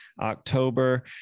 october